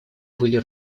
были